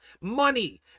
money